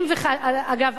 אגב,